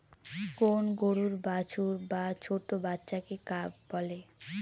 কোন গরুর বাছুর বা ছোট্ট বাচ্চাকে কাফ বলে